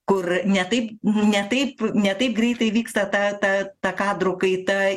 kur ne taip ne taip ne taip greitai vyksta ta ta ta kadrų kaita